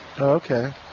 Okay